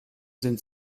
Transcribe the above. sind